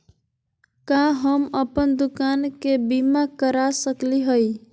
का हम अप्पन दुकान के बीमा करा सकली हई?